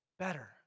better